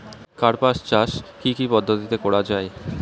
কার্পাস চাষ কী কী পদ্ধতিতে করা য়ায়?